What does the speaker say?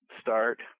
start